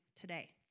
today